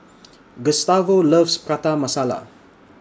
Gustavo loves Prata Masala